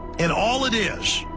and all it is